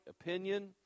opinion